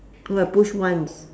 push once